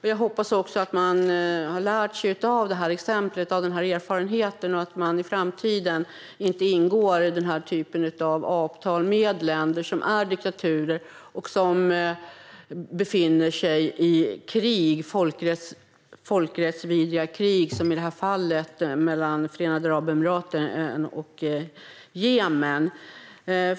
Jag hoppas att man har lärt sig av det här exemplet och den här erfarenheten och att man i framtiden inte ingår den här typen av avtal med länder som är diktaturer och som befinner sig i folkrättsvidriga krig, som i det här fallet med Förenade Arabemiraten och Jemen.